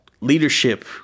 leadership